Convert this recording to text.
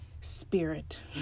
spirit